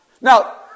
Now